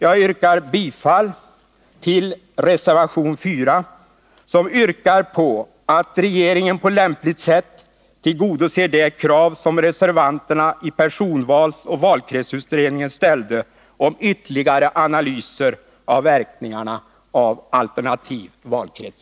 Jag yrkar bifall till reservation 4, som går ut på att regeringen på lämpligt sätt skall tillgodose det krav som reservanterna i personvalsoch valkrets